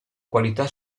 qualità